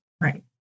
Right